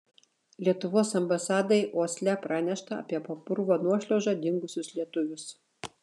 lietuvos ambasadai osle pranešta apie po purvo nuošliauža dingusius lietuvius